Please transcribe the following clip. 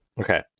Okay